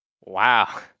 Wow